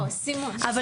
כאן הן פליטות.